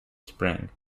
spring